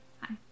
Hi